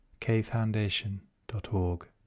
kfoundation.org